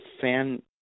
fan